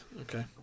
Okay